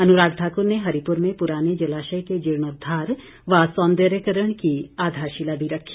अनुराग ठाकुर ने हरिपुर में पुराने जलाशय के जीर्णोद्वार व सौन्दर्यकरण की आधारशिला भी रखी